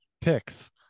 picks